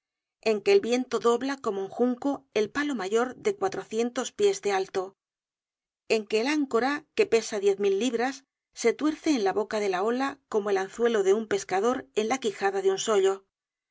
en que el viento dobla como un junco el palo mayor de cuatrocientos pies de alto en que el áncora que pesa diez mil libras se tuerce en la boca de la ola como el anzuelo de un pescador en la quijada de un sollo